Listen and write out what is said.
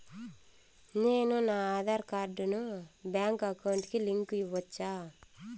నేను నా ఆధార్ కార్డును బ్యాంకు అకౌంట్ కి లింకు ఇవ్వొచ్చా?